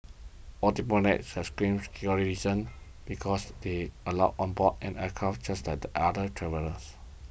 all diplomats has screened security reasons because they allowed on board an aircraft just like the other travellers